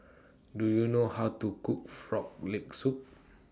Do YOU know How to Cook Frog Leg Soup